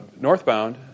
northbound